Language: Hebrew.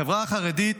החברה החרדית